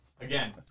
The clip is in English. Again